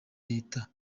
leta